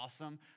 awesome